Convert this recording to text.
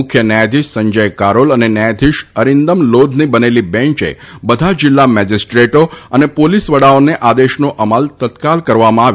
મુખ્ય ન્યાયાધીશ સંજય કારોલ અને ન્યાયાધીશ અરીંદમ લોધની બનેલી બેન્ચે બધા જિલ્લા મેજીસ્ટ્રેટો અને પોલીસ વડાઓના આદેશનો અમલ તત્કાલ કરવામાં આવે